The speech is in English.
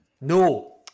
No